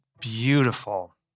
beautiful